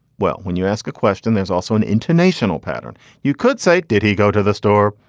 well, when you ask a question, there's also an international pattern. you could say, did he go to the store?